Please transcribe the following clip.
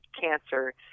cancer